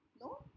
No